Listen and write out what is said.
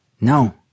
No